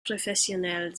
professionnelle